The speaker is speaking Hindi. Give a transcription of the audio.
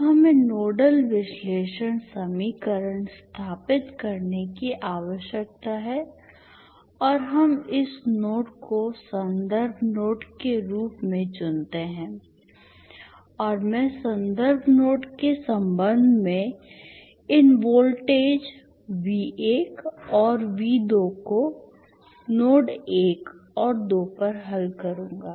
अब हमें नोडल विश्लेषण समीकरण स्थापित करने की आवश्यकता है और हम इस नोड को संदर्भ नोड के रूप में चुनते हैं और मैं संदर्भ नोड के संबंध में इन वोल्टेज V1 और V2 को नोड 1 और 2 पर हल करूंगा